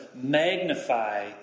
magnify